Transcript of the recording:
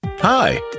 Hi